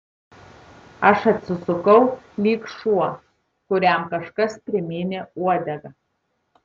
aš atsisukau lyg šuo kuriam kažkas primynė uodegą